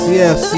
yes